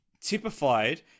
typified